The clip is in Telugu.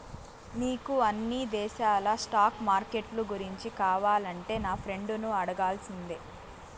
నీకు అన్ని దేశాల స్టాక్ మార్కెట్లు గూర్చి కావాలంటే నా ఫ్రెండును అడగాల్సిందే